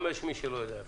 אם יתאפשר,